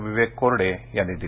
विवेक कोरडे यांनी दिली